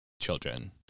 children